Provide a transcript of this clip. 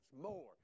more